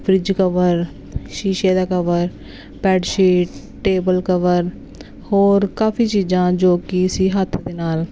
fridge cover ਸ਼ੀਸ਼ੇ ਦਾ cover bedsheet table cover ਹੋਰ ਕਾਫੀ ਚੀਜ਼ਾਂ ਜੋ ਕਿ ਅਸੀਂ ਹੱਥ ਦੇ ਨਾਲ